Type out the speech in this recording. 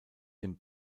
den